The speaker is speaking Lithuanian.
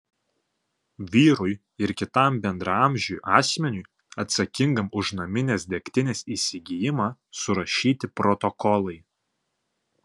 vyrui ir kitam bendraamžiui asmeniui atsakingam už naminės degtinės įsigijimą surašyti protokolai